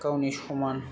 गावनि समान